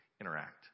interact